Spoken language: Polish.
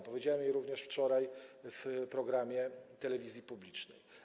Wypowiedziałem je również wczoraj w programie telewizji publicznej.